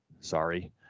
sorry